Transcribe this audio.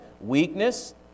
weakness